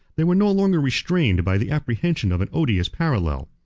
they were no longer restrained by the apprehension of an odious parallel.